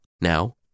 Now